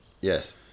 Yes